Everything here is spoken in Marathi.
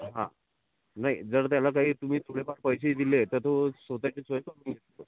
हा नाही जर त्याला काही तुम्ही थोडे फार पैसे दिले तर तो स्वत ची सोय करून घेतो